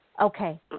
Okay